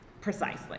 precisely